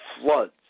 floods